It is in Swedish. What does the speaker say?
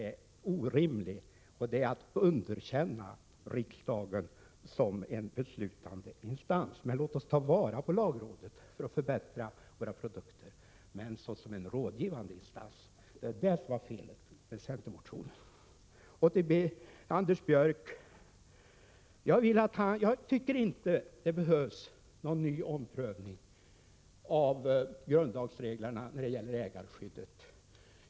Den är orimlig och innebär ett underkännande av riksdagen som en beslutande instans. Låt oss ta vara på lagrådet för att förbättra våra produkter men såsom ett 29 rådgivande organ. Till Anders Björck vill jag säga att jag inte tycker att det behövs någon ny omprövning av grundlagsreglerna när det gäller ägarskyddet.